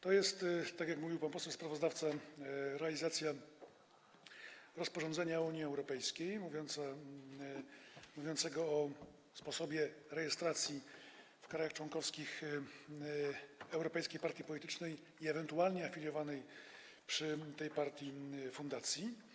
To jest, tak jak mówił pan poseł sprawozdawca, realizacja rozporządzenia Unii Europejskiej mówiącego o sposobie rejestracji w krajach członkowskich europejskiej partii politycznej i ewentualnie afiliowanej przy tej partii fundacji.